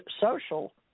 social